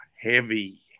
heavy